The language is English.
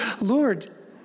Lord